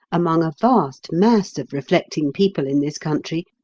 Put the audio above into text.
among a vast mass of reflecting people in this country,